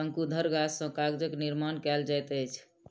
शंकुधर गाछ सॅ कागजक निर्माण कयल जाइत अछि